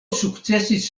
sukcesis